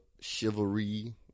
chivalry